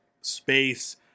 space